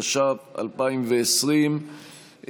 התש"ף 2020,